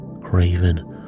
Craven